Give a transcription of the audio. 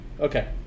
Okay